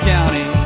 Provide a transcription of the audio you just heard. County